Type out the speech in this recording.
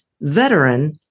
veteran